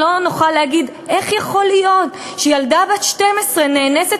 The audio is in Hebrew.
שלא נוכל להגיד: איך יכול להיות שילדה בת 12 נאנסת